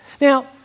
Now